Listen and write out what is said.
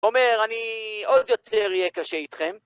אומר, אני עוד יותר יהיה קשה איתכם.